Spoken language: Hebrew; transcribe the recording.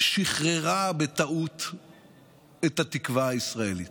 שחררה בטעות את התקווה הישראלית,